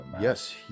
Yes